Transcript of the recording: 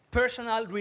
personal